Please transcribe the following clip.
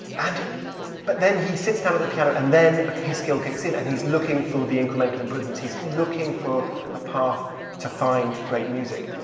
and but then he sits down at the piano and then ah his skill kicks in. and he's looking for the incremental improvements, he's looking for a path to find great music.